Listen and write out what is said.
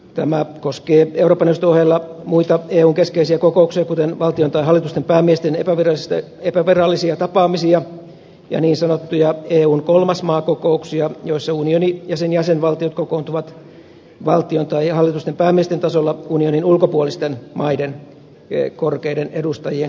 tämä koskee eurooppa neuvoston ohella muita eun keskeisiä kokouksia kuten valtion tai hallitusten päämiesten epävirallisia tapaamisia ja niin sanottuja eun kolmas maa kokouksia joissa unioni ja sen jäsenvaltiot kokoontuvat valtion tai hallitusten päämiesten tasolla unionin ulkopuolisten maiden korkeiden edustajien kanssa